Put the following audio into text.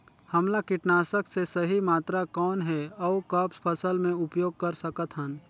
हमला कीटनाशक के सही मात्रा कौन हे अउ कब फसल मे उपयोग कर सकत हन?